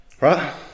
Right